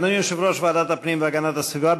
אדוני יושב-ראש ועדת הפנים והגנת הסביבה,